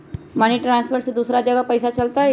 Money transfer से दूसरा जगह पईसा चलतई?